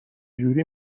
جوری